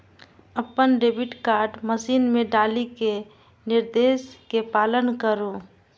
अपन debit card machine मे डालि कें निर्देश के पालन करु